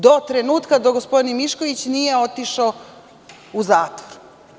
Do trenutka dok gospodin Mišković nije otišao u zatvor.